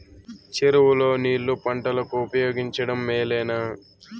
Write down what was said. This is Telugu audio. చెరువు లో నీళ్లు పంటలకు ఉపయోగించడం మేలేనా?